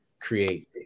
create